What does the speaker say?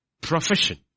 profession